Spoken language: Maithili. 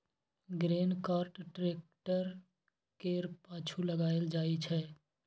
ग्रेन कार्ट टेक्टर केर पाछु लगाएल जाइ छै